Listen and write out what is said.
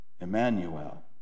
Emmanuel